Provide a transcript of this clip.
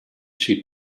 she